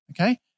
okay